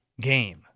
game